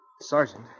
Sergeant